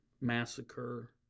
massacre